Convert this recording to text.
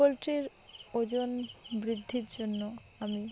পোলট্রির ওজন বৃদ্ধির জন্য আমি